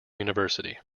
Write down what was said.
university